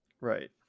Right